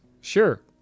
sure